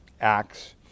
acts